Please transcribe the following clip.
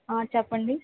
చెప్పండి